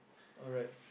alright